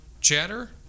chatter